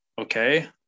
okay